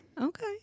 Okay